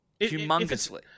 Humongously